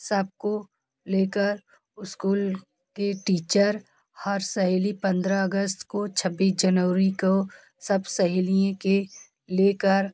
सब को लेकर स्कूल के टीचर हर सहेली पंद्रह अगस्त को छब्बीस जनवरी को सब सहेलियों को लेकर